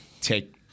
Take